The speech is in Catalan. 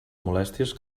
molèsties